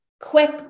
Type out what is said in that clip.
quick